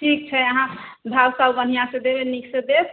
ठीक छै अहाँ भाव ताव बढ़िआँसँ देबै नीकसँ देब